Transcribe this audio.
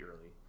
early